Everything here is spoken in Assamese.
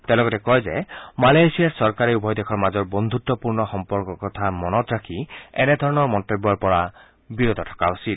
তেওঁ লগতে কয় যে মালয়েছিয়াৰ চৰকাৰে উভয় দেশৰ মাজৰ বন্ধুত্পূৰ্ণ সম্পৰ্কৰ কথা মনত ৰাখি এনেধৰণৰ মন্তব্যৰ পৰা বিৰত থকা উচিত